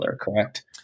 correct